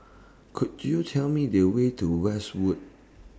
Could YOU Tell Me The Way to Westwood